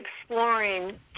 exploring